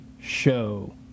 show